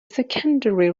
secondary